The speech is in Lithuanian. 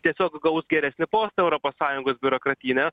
tiesiog gal bus geresni postai europos sąjungos biurokratyne